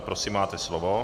Prosím máte slovo.